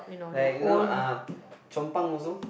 like you know uh Chong pang also